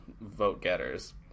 vote-getters